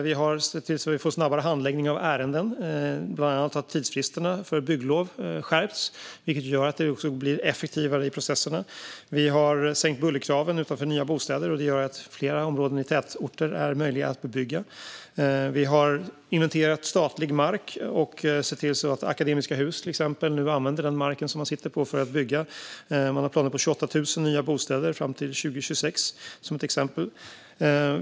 Vi har sett till att handläggningen av ärenden tar kortare tid - bland annat har tidsfristerna för bygglov skärpts - vilket gör att processerna blir effektivare. Vi har sänkt kraven när det gäller buller utanför nya bostäder, och det gör att fler områden i tätorter är möjliga att bebygga. Vi har inventerat statlig mark och sett till att till exempel Akademiska Hus använder den mark man sitter på för att bygga. Man har planer på 28 000 nya bostäder fram till 2026, som ett exempel.